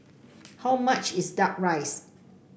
how much is duck rice